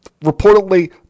reportedly